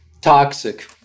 Toxic